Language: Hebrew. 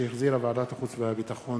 שהחזירה ועדת החוץ והביטחון.